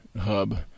hub